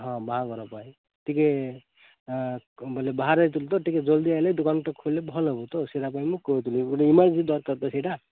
ହଁ ବାହାଘର ପାଇଁ ଟିକେ ବୋଲେ ବାହାରେ ଥିଲୁ ତ ଟିକେ ଜଲ୍ଦି ଆସିଲେ ଦୋକାନଟା ଖୋଲିଲେ ଭଲ ହେବ ତ ସେଇଟା ପାଇଁ ମୁଁ କହୁଥିଲି ପୁଣି ଏମରଜେନ୍ସି ଦରକାର ତ ସେଇଟା